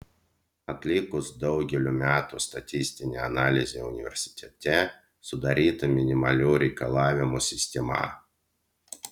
atlikus daugelio metų statistinę analizę universitete sudaryta minimalių reikalavimų sistema